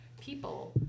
people